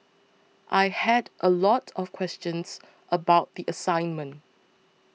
I had a lot of questions about the assignment